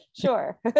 Sure